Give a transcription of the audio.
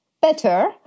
better